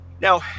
Now